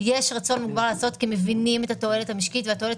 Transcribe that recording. יש רצון לעשות כי מבינים את התועלת המשקית והתועלת